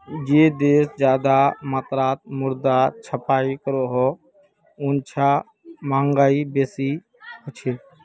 जे देश ज्यादा मात्रात मुद्रा छपाई करोह उछां महगाई बेसी होछे